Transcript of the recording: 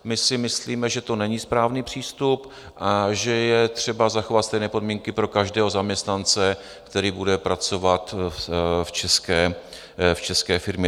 My si myslíme, že to není správný přístup, že je třeba zachovat stejné podmínky pro každého zaměstnance, který bude pracovat v české firmě.